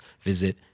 visit